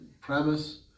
premise